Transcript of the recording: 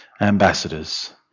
ambassadors